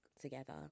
together